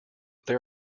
there